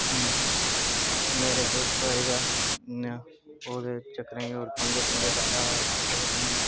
मेरा दोस्त आखन लगा इनें दोनें मिगी मारेआ ओह् अपने घर सनाई गेआ ते